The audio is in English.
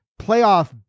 playoff